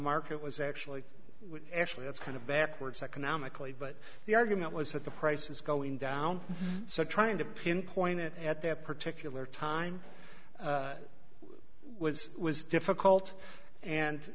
market was actually actually that's kind of backwards economically but the argument was that the price is going down so trying to pinpoint it at that particular time was was difficult and